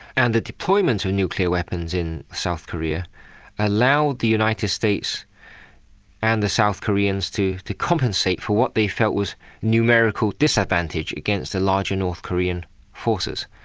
and the deployment of nuclear weapons in south korea allowed the united states and the south koreans to to compensate for what they felt was numerical disadvantage against the larger north korean forces.